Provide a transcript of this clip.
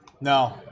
No